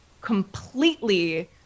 completely